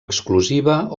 exclusiva